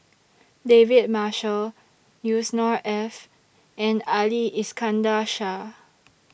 David Marshall Yusnor Ef and Ali Iskandar Shah